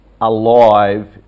alive